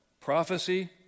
prophecy